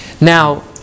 Now